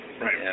Right